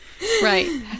right